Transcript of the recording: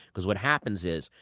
because what happens is,